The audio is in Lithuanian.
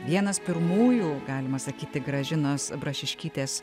vienas pirmųjų galima sakyti gražinos brašiškytės